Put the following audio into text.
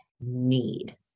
need